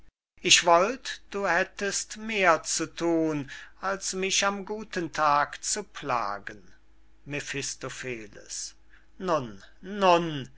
ich wollt du hättest mehr zu thun als mich am guten tag zu plagen mephistopheles nun nun